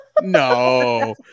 No